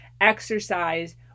exercise